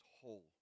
whole